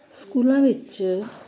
ਸਕੂਲਾਂ ਵਿੱਚ